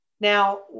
Now